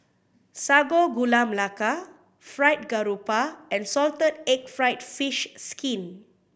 Sago Gula Melaka Fried Garoupa and salted egg fried fish skin